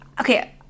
okay